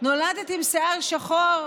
נולדת עם שיער שחור?